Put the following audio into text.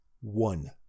One